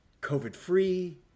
COVID-free